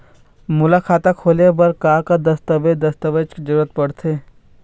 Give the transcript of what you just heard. मोला खाता खोले बर का का दस्तावेज दस्तावेज के जरूरत पढ़ते?